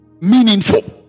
meaningful